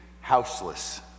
houseless